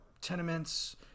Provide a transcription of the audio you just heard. tenements